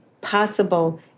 possible